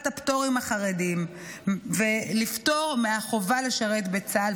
הפטורים החרדיים ולפטור מהחובה לשרת בצה"ל,